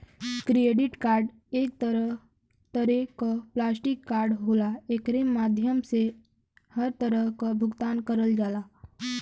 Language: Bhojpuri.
क्रेडिट कार्ड एक तरे क प्लास्टिक कार्ड होला एकरे माध्यम से हर तरह क भुगतान करल जाला